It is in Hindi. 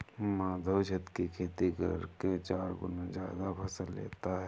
माधव छत की खेती करके चार गुना ज्यादा फसल लेता है